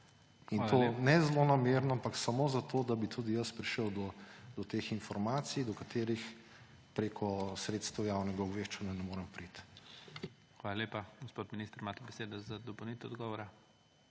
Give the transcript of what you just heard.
In to ne zlonamerno, ampak samo zato, da bi tudi jaz prišel do teh informacij, do katerih preko sredstev javnega obveščanja ne morem priti. PREDSEDNIK IGOR ZORČIČ: Hvala lepa. Gospod minister, imate besedo za dopolnitev odgovora.